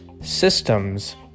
systems